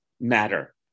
matter